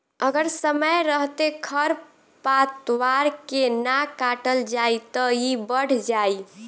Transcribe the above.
अगर समय रहते खर पातवार के ना काटल जाइ त इ बढ़ जाइ